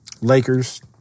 Lakers